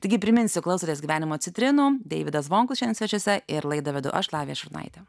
taigi priminsiu klausotės gyvenimo citrinų deividas zvonkus šiandien svečiuose ir laidą vedu aš lavija šurnaitė